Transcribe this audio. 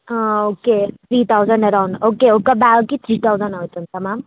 okay three thousand around okay ఒక్క బ్యాగ్కి three thousand అవుతుందా మ్యామ్